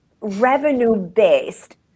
revenue-based